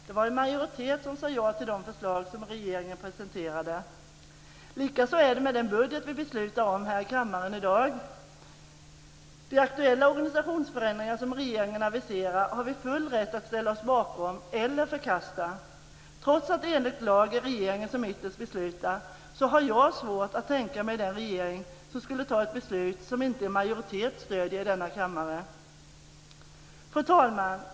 Det var en majoritet som sade ja till de förslag som regeringen presenterade. Likaså är det med den budget som vi beslutar om här i kammaren i dag. De aktuella organisationsförändringar som regeringen aviserar har vi full rätt att ställa oss bakom eller förkasta. Trots att det enligt lag är regeringen som ytterst beslutar har jag svårt att tänka mig den regering som skulle ta ett beslut som inte en majoritet stöder i denna kammare. Fru talman!